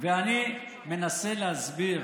ואני מנסה להסביר